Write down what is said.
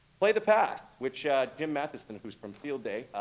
play the past, which jim matheson, who's from field day,